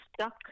stuck